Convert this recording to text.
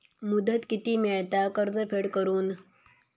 मुदत किती मेळता कर्ज फेड करून?